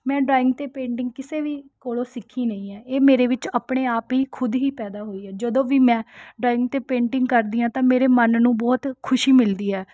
ਮੈਂ ਡਰਾਇੰਗ ਅਤੇ ਪੇਂਟਿੰਗ ਕਿਸੇ ਵੀ ਕੋਲੋਂ ਸਿੱਖੀ ਨਹੀਂ ਹੈ ਇਹ ਮੇਰੇ ਵਿੱਚ ਆਪਣੇ ਆਪ ਹੀ ਖੁੱਦ ਹੀ ਪੈਦਾ ਹੋਈ ਹੈ ਜਦੋਂ ਵੀ ਮੈਂ ਡਰਾਇੰਗ ਅਤੇ ਪੇਂਟਿੰਗ ਕਰਦੀ ਹਾਂ ਤਾਂ ਮੇਰੇ ਮਨ ਨੂੰ ਬਹੁਤ ਖੁਸ਼ੀ ਮਿਲਦੀ ਹੈ